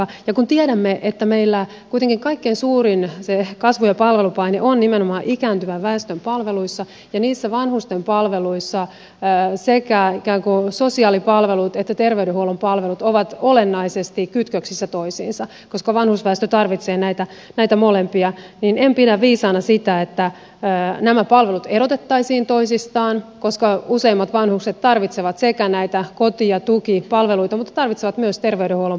ja kun tiedämme että meillä kuitenkin se kaikkein suurin kasvu ja palvelupaine on nimenomaan ikääntyvän väestön palveluissa ja niissä vanhusten palveluissa sekä sosiaalipalvelut että terveydenhuollon palvelut ovat olennaisesti kytköksissä toisiinsa koska vanhusväestö tarvitsee näitä molempia niin en pidä viisaana sitä että nämä palvelut erotettaisiin toisistaan koska useimmat vanhukset tarvitsevat näitä koti ja tukipalveluita mutta tarvitsevat myös terveydenhuollon palveluita